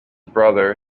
brother